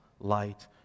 light